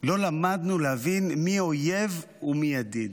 לא למדנו להבין מי אויב ומי ידיד,